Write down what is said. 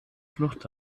flucht